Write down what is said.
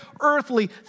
earthly